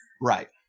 Right